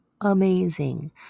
amazing